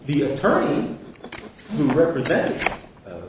the attorney representing